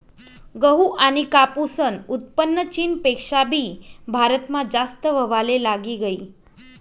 गहू आनी कापूसनं उत्पन्न चीनपेक्षा भी भारतमा जास्त व्हवाले लागी गयी